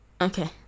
okay